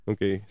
Okay